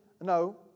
no